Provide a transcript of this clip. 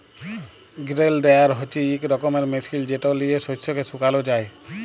grain dryer হছে ইক রকমের মেশিল যেট লিঁয়ে শস্যকে শুকাল যায়